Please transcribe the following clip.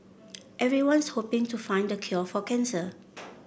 everyone's hoping to find the cure for cancer